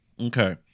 Okay